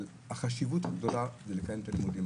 החשיבות הגדולה היא לקיים את הלימודים,